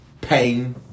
pain